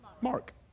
Mark